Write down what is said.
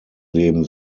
leben